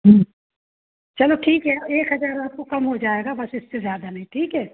चलो ठीक है एक हज़ार आपको कम हो जाएगा बस इससे ज़्यादा नहीं ठीक है